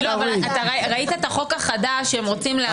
לא, אבל אתה ראית את החוק החדש שהם רוצים להעביר?